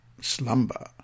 slumber